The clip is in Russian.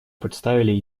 представили